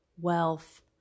wealth